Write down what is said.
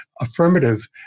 affirmative